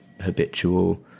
habitual